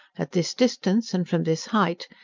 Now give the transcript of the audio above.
at this distance, and from this height,